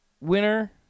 Winner